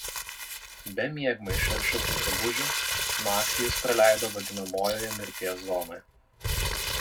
be miegmaišio ir šiltų drabužių naktį jis praleido vadinamojoje mirties zonoje